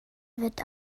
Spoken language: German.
wird